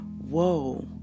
whoa